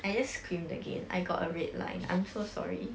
I just screamed again I got a red line I'm so sorry